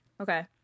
Okay